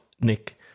Nick